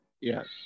Yes